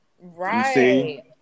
Right